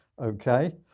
Okay